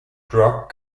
drug